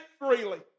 freely